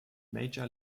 major